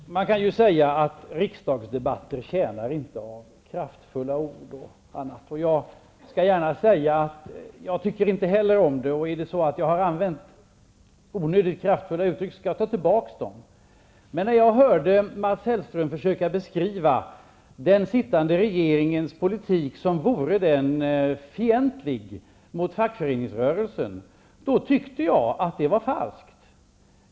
Herr talman! Man kan ju säga att riksdagsdebatter inte vinner på kraftfulla ord och liknande. Jag skall gärna medge att jag inte heller tycker om det, och är det så att jag har använt onödigt kraftfulla uttryck skall jag ta tillbaka dem. Men när jag hörde Mats Hellström beskriva den sittande regeringens politik som vore den fientlig mot fackföreningsrörelsen tyckte jag att det var falskt.